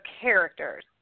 characters